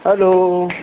hello